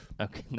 Okay